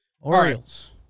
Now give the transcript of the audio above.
Orioles